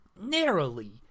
narrowly